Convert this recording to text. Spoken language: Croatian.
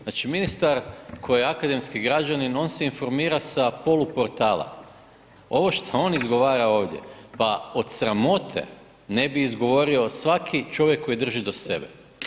Znači, ministar koji je akademski građanin on se informira sa poluportala, ovo šta on izgovara ovdje, pa od sramote ne bi izgovorio svaki čovjek koji drži do sebe.